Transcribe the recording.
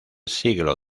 siglo